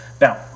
Now